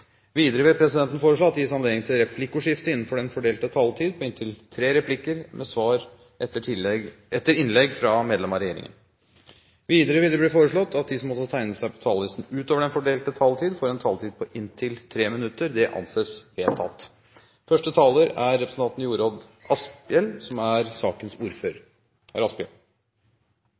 Videre vil presidenten foreslå at det gis anledning til replikkordskifte på inntil tre replikker med svar etter innlegg fra medlem av regjeringen innenfor den fordelte taletid. Videre vil det bli foreslått at de som måtte tegne seg på talerlisten utover den fordelte taletid, får en taletid på inntil 3 minutter. – Det anses vedtatt. Regjeringens helsepolitikk har som